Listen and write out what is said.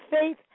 faith